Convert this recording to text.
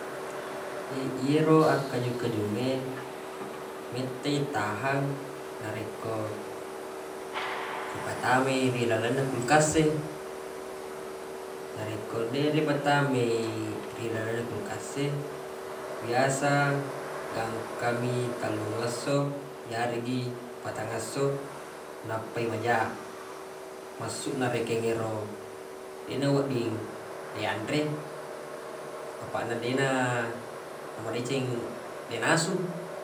Yero akkaju-kajungnge mettai tahang narekko ripatamai ri lalenna kulkas e narekko deq ripatamai ri lalnna kulkas e biasa gangka mi tellungesso yareggi patangesso nappai majaq massuqna rekeng yero deq nawedding le yanre apaq na deq na namadeceng le nasu.